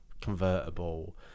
convertible